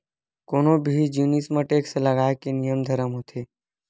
कोनो भी जिनिस म टेक्स लगाए के नियम धरम होथे